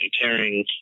tearing